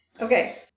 Okay